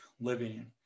living